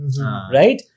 Right